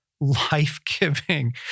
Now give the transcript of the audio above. life-giving